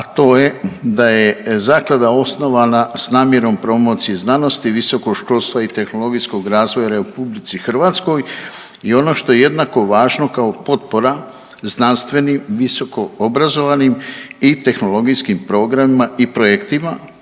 a to je da je zaklada osnovna s namjerom promocije znanosti, visokog školstva i tehnologijskog razvoja u RH i ono što je jednako važno kao potpora znanstvenim, visoko obrazovanim i tehnologijskim programima i projektima,